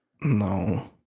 No